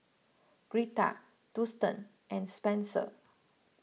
Greta Dustan and Spenser